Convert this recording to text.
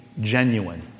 genuine